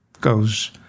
goes